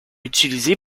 utilisé